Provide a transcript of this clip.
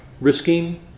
risking